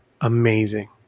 amazing